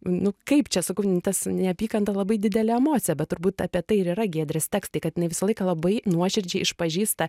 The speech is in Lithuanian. nu kaip čia sakau tas neapykanta labai didelė emocija bet turbūt apie tai ir yra giedrės tekstai kad jinai visą laiką labai nuoširdžiai išpažįsta